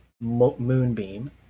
Moonbeam